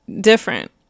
different